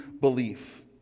belief